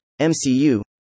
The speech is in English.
MCU